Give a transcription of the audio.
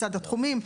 מצד התחומים.